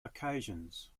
occasions